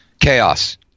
Chaos